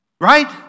Right